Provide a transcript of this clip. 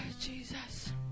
Jesus